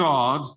God